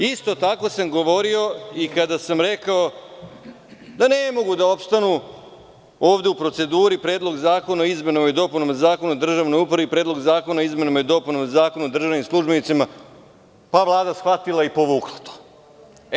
Isto tako sam govorio kada sam rekao da ne mogu da opstanu ovde u proceduri Predlog zakona o izmenama i dopunama Zakona o državnoj upravi i Predlog zakona o izmenama i dopunama Zakona o državnim službenicima, pa je Vlada shvatila i povukla ih.